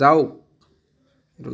যাওক